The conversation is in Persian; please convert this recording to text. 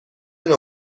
نوع